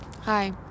Hi